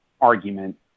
argument